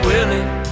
Willie